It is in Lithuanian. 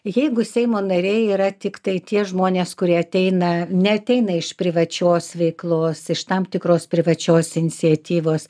jeigu seimo nariai yra tiktai tie žmonės kurie ateina neateina iš privačios veiklos iš tam tikros privačios inciatyvos